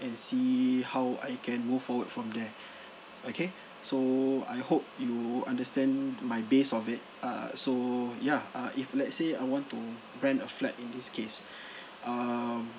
and see how I can move forward from there okay so I hope you would understand my base of it uh so ya uh if let's say I want to rent a flat in this case um